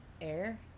air